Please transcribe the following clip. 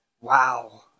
Wow